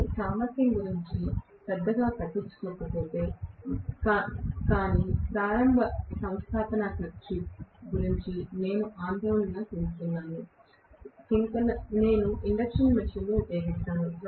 నేను సామర్థ్యం గురించి పెద్దగా పట్టించుకోకపోతే కాని ప్రారంభ సంస్థాపనా ఖర్చు గురించి నేను ఆందోళన చెందుతున్నాను నేను ఇండక్షన్ మెషీన్ను ఉపయోగిస్తాను